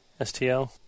STL